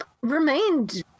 remained